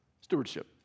Stewardship